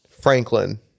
Franklin